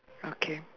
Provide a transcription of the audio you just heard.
okay